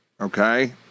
okay